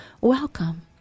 welcome